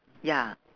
ya